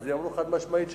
אז הם אמרו חד-משמעית שכן.